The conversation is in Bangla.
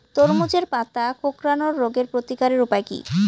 তরমুজের পাতা কোঁকড়ানো রোগের প্রতিকারের উপায় কী?